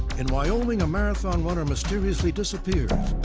in wyoming, a marathon runner mysteriously disappears.